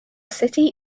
city